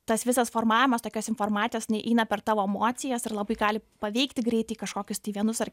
tas visas formavimas tokios informacijos inai eina per tavo emocijas ir labai gali paveikti greitai kažkokius tai vienus ar